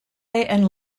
and